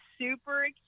super